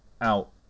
out